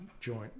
joint